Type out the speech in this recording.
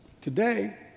Today